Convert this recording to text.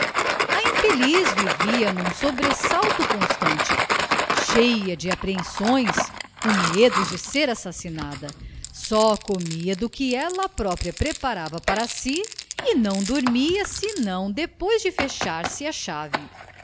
a infeliz vivia num sobressalto constante cheia de apreensões com medo de ser assassinada só comia do que ela própria preparava para si e não dormia senão depois de fechar-se a chave